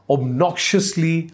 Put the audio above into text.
Obnoxiously